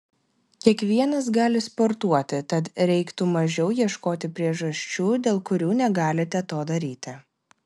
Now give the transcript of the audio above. kiekvienas gali sportuoti tad reiktų mažiau ieškoti priežasčių dėl kurių negalite to daryti